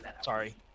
sorry